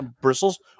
bristles